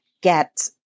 get